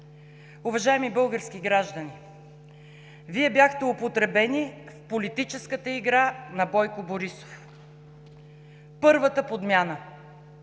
Уважаеми български граждани, Вие бяхте употребени в политическата игра на Бойко Борисов. Първата подмяна –